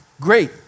great